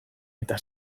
eta